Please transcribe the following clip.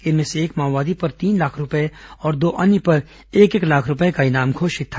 इनमें से एक माओवादी पर तीन लाख रूपये और दो अन्य पर एक एक लाख रूपये का इनाम घोषित था